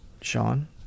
Sean